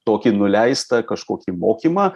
tokį nuleistą kažkokį mokymą